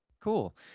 Cool